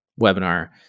webinar